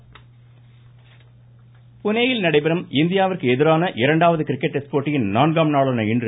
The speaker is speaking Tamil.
கிரிக்கெட் புனேயில் நடைபெறும் இந்தியாவிற்கு எதிரான இரண்டாவது கிரிக்கெட் டெஸ்ட் போட்டியின் நான்காம் நாளான இன்று